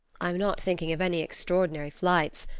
i'm not thinking of any extraordinary flights.